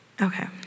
Okay